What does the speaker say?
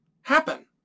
happen